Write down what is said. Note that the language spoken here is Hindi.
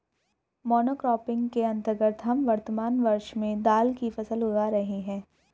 मोनोक्रॉपिंग के अंतर्गत हम वर्तमान वर्ष में दाल की फसल उगा रहे हैं